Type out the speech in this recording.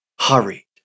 hurried